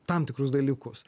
tam tikrus dalykus